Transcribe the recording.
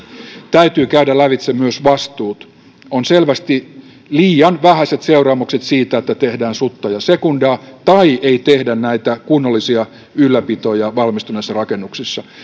täytyy käydä lävitse myös vastuut on selvästi liian vähäiset seuraamukset siitä että tehdään sutta ja sekundaa tai ei tehdä näitä kunnollisia ylläpitoja valmistuneissa rakennuksissa